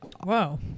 wow